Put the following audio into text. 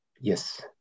Yes